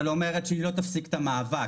אבל אומרת שהיא לא תפסיק את המאבק